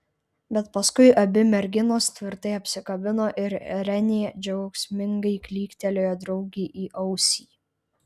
bet paskui abi merginos tvirtai apsikabino ir renė džiaugsmingai klyktelėjo draugei į ausį